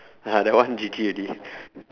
ah that one G_G already